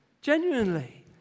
genuinely